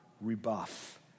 rebuff